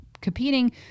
competing